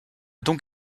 donc